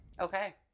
Okay